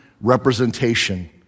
representation